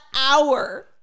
hour